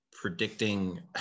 predicting